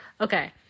Okay